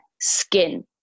skin